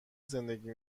زندگی